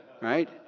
Right